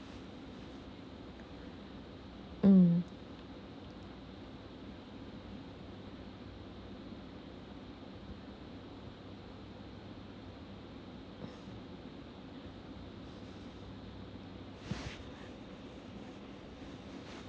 mm